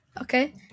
Okay